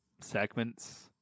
segments